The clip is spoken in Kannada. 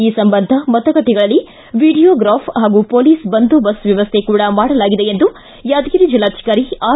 ಈ ಸಂಬಂಧ ಮತಗಟ್ಟಿಗಳಲ್ಲಿ ವಿಡಿಯೋಗ್ರಾಫ್ ಪಾಗೂ ಹೊಲೀಸ್ ಬಂದೋಬಸ್ತ್ ವ್ಯವಸ್ಥೆ ಕೂಡ ಮಾಡಲಾಗಿದೆ ಎಂದು ಯಾದಗಿರಿ ಜಿಲ್ಲಾಧಿಕಾರಿ ಡಾಕ್ಷರ್ ಆರ್